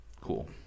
cool